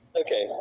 Okay